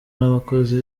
n’abakozi